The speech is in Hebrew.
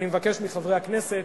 אני מבקש מחברי הכנסת